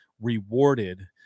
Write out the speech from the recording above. rewarded